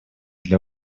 для